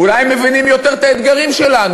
אולי הם מבינים יותר את האתגרים שלנו?